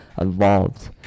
involved